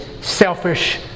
selfish